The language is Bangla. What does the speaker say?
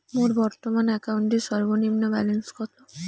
মোর বর্তমান অ্যাকাউন্টের সর্বনিম্ন ব্যালেন্স কত?